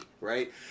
right